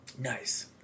Nice